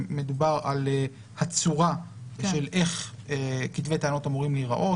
שמדבר על הצורה של איך כתבי טענות אמורים להיראות,